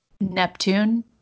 Neptune